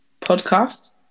podcast